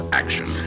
action